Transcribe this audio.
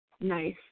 nice